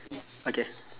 okay